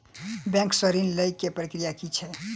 Bank सऽ ऋण लेय केँ प्रक्रिया की छीयै?